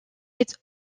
its